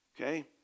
okay